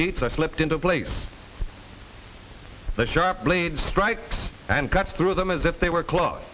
sheets are slipped into place the sharp blade strike and cuts through them as if they were close